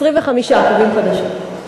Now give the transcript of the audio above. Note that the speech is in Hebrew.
25 קווים חדשים.